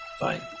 bye